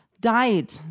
died